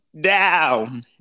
down